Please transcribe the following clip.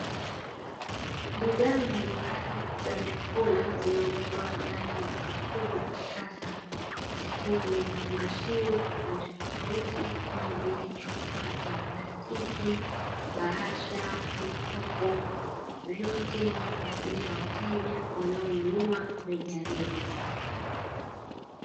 Bidhaa mbalimbali za vyakula, zinauzwa ndani ya duka kubwa la kisasa, zikiwa kwenye vifungashio tofauti tofauti kama vile chupa za plastiki, bahasha, vikopo; vyote ni kwa ajili ya wateja wanaonunua rejareja.